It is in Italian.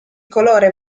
colore